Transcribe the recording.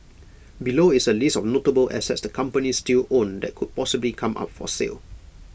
below is A list of notable assets the companies still own that could possibly come up for sale